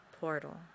portal